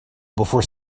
before